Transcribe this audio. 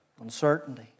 uncertainty